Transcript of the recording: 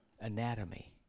Anatomy